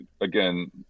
again